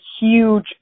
huge